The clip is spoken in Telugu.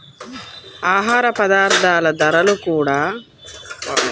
ఆహార పదార్థాల ధరలు గూడా యవసాయ ఆర్థిక శాత్రం మీద ఆధారపడే నిర్ణయించబడతయ్